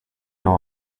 know